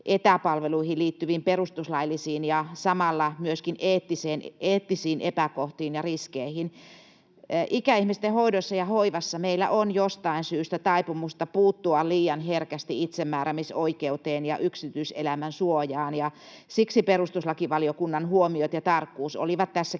etäpalveluihin liittyviin perustuslaillisiin ja samalla myöskin eettisiin epäkohtiin ja riskeihin. Ikäihmisten hoidossa ja hoivassa meillä on jostain syystä taipumusta puuttua liian herkästi itsemääräämisoikeuteen ja yksityiselämän suojaan, ja siksi perustuslakivaliokunnan huomiot ja tarkkuus olivat tässäkin